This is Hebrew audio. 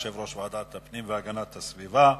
יושב-ראש ועדת הפנים והגנת הסביבה,